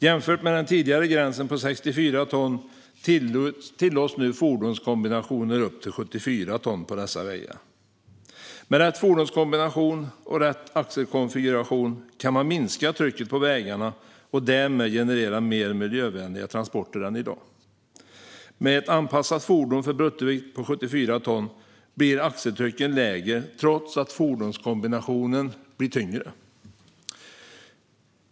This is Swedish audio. Jämfört med den tidigare gränsen på 64 ton tillåts nu fordonskombinationer upp till 74 ton på dessa vägar. Med rätt fordonskombination och rätt axelkonfiguration kan man minska trycket på vägarna och därmed generera mer miljövänliga transporter än i dag. Med ett anpassat fordon för bruttovikt på 74 ton blir axeltrycken lägre trots att fordonskombinationen blir tyngre.